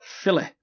Philly